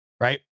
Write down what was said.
right